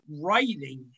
writing